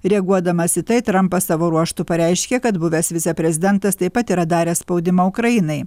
reaguodamas į tai trampas savo ruožtu pareiškė kad buvęs viceprezidentas taip pat yra daręs spaudimą ukrainai